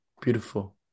Beautiful